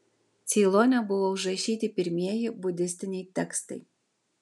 ceilone buvo užrašyti pirmieji budistiniai tekstai